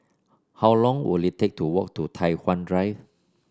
how long will it take to walk to Tai Hwan Drive